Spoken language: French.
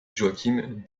joachim